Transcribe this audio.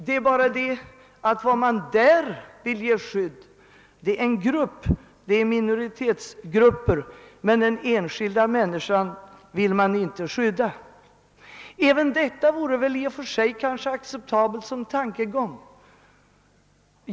Det är bara det att vad man där vill ge skydd åt är minoritetsgrupper; den enskilda människan vill man inte skydda. Även detta vore kanske i och för sig en acceptabel tankegång.